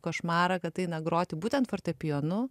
košmarą kad eina groti būtent fortepijonu